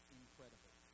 incredible